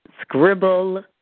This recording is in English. Scribble